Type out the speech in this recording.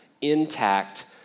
intact